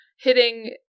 hitting